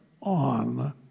on